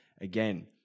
again